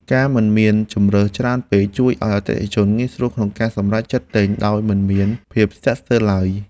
ការមិនមានជម្រើសច្រើនពេកជួយឱ្យអតិថិជនងាយស្រួលក្នុងការសម្រេចចិត្តទិញដោយមិនមានភាពស្ទាក់ស្ទើរឡើយ។